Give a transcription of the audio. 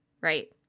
right